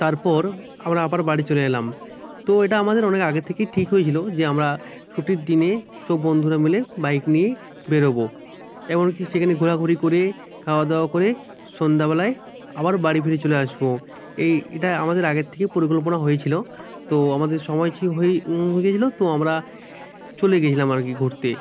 তারপর আমরা আবার বাড়ি চলে এলাম তো এটা আমাদের অনেক আগের থেকেই ঠিক হয়েছিল যে আমরা ছুটির দিনে সব বন্ধুরা মিলে বাইক নিয়ে বেরোবো এমনকি সেখানে ঘোরাঘুরি করে খাওয়াদাওয়া করে সন্ধ্যাবেলায় আবার বাড়ি ফিরে চলে আসবো এই এটা আমাদের আগের থেকে পরিকল্পনা হয়েছিল তো আমাদের সময় ছি হয়ে হয়ে গেছিল তো আমরা চলে গেছিলাম আর কি ঘুরতে